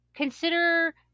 Consider